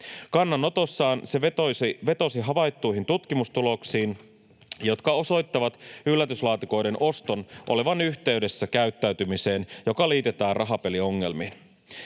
Kannanotossaan se vetosi havaittuihin tutkimustuloksiin, jotka osoittavat yllätyslaatikoiden oston olevan yhteydessä käyttäytymiseen, joka liitetään rahapeliongelmiin.